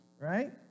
right